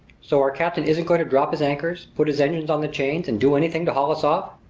so our captain isn't going to drop his anchors, put his engines on the chains, and do anything to haul us off?